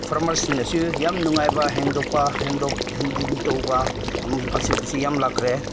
ꯐꯥꯔꯃꯔꯁꯤꯡꯅꯁꯨ ꯌꯥꯝ ꯅꯨꯡꯉꯥꯏꯕ ꯍꯦꯟꯗꯣꯛꯄ ꯍꯦꯟꯗꯣꯛ ꯍꯦꯟꯖꯤꯟ ꯇꯧꯕ ꯑꯁꯤꯒꯨꯝꯕꯁꯤ ꯌꯥꯝ ꯂꯥꯛꯈ꯭ꯔꯦ